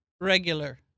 regular